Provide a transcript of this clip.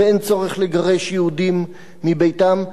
ואין צורך לגרש יהודים מביתם.